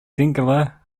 singular